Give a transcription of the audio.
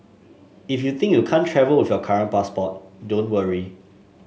if you think you can't travel with your current passport don't worry